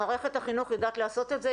מערכת החינוך יודעת לעשות את זה.